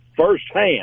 firsthand